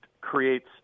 creates